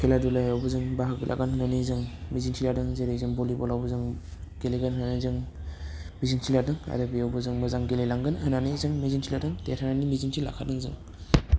खेला दुलायावबो जों बाहागो लागोन होननानै जों मिजिं थिजादों जेरै जों भलिबलावबो जों गेलेगोन होननानै जों मिजिंथि लादों आरो बेयावबो जों मोजां गेलेलांगोन होननानै जों मिजिंथि लादों देरहानायनि मिजिंथि लाखादों जों